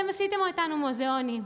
הפכו למוזיאונים.